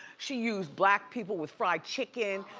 she used black people with fried chicken,